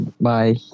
Bye